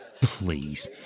Please